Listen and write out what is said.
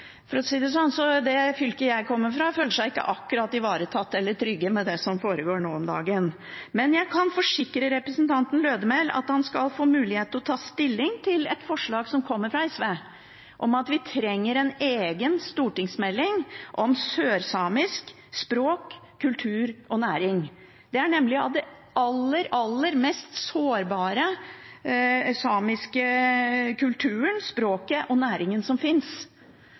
det fylket jeg kommer fra, føler man seg ikke akkurat ivaretatt eller trygge med det som foregår nå om dagen. Men jeg kan forsikre representanten Lødemel om at han skal få mulighet til å ta stilling til et forslag som kommer fra SV, om at vi trenger en egen stortingsmelding om sørsamisk språk, kultur og næring. Det er nemlig av den aller, aller mest sårbare samiske kulturen, språket og næringen som finnes,